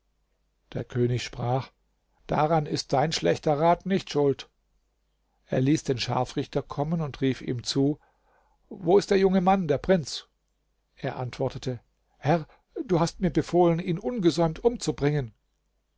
der könig sprach daran ist dein schlechter rat nicht schuld er ließ den scharfrichter kommen und rief ihm zu wo ist der junge mann der prinz er antwortete herr du hast mir befohlen ihn ungesäumt umzubringen